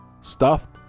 stuffed